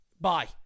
Bye